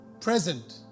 present